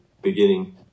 beginning